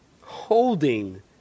Holding